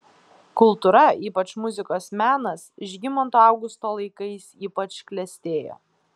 kultūra ypač muzikos menas žygimanto augusto laikais ypač klestėjo